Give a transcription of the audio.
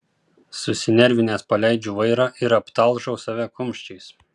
susinervinęs paleidžiu vairą ir aptalžau save kumščiais